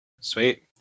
sweet